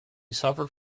suffered